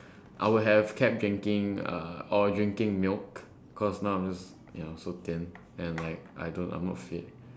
I would have kept drinking uh or drinking milk cause now I'm just ya know so thin and like I don't I'm not fit